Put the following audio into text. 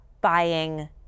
buying